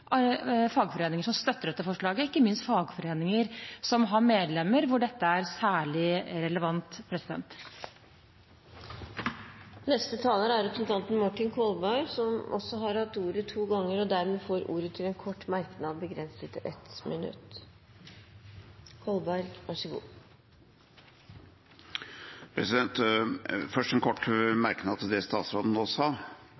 fagforeninger som støtter dette forslaget, ikke minst fagforeninger som har medlemmer som dette er særlig relevant for. Representanten Martin Kolberg har hatt ordet to ganger tidligere og får ordet til en kort merknad, begrenset til 1 minutt.